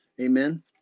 Amen